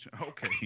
okay